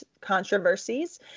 controversies